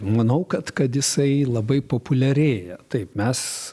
manau kad kad jisai labai populiarėja taip mes